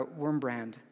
Wormbrand